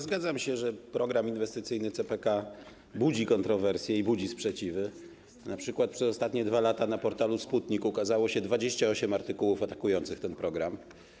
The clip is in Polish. Zgadzam się z tym, że program inwestycyjny CPK budzi kontrowersje i budzi sprzeciwy, np. przez ostatnie 2 lata na portalu Sputnik ukazało się 28 artykułów atakujących ten program.